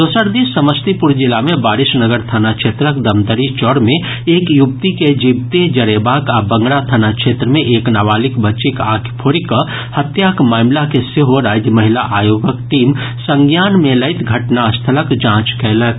दोसर दिस समस्तीपुर जिला मे वारिसनगर थाना क्षेत्रक दमदरी चौर मे एक युवती के जीविते जरेबाक आ बंगरा थाना क्षेत्र मे एक नाबालिग बच्चीक आंखि फोड़ि कऽ हत्याक मामिला के सेहो राज्य महिला आयोगक टीम संज्ञान मे लैत घटना स्थलक जांच कयलक